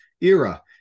era